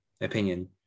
opinion